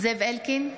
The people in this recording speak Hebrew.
זאב אלקין,